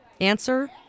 Answer